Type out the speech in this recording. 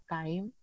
time